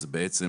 זה בעצם